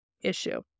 issue